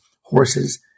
horses